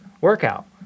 workout